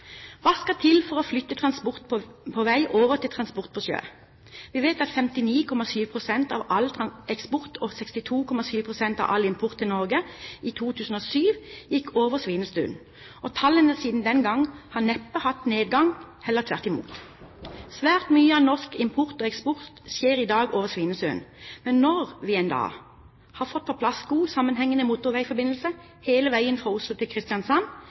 Hva skal til for å få flyttet transport på vei over til transport på sjø? Vi vet at 59,7 pst. av all eksport og 62,7 pst. av all import til Norge i 2007 gikk over Svinesund, og tallene siden den gang har neppe hatt nedgang – heller tvert imot. Svært mye av norsk import og eksport skjer i dag over Svinesund, men når vi en dag har fått på plass god sammenhengende motorveiforbindelse hele veien fra Oslo til Kristiansand,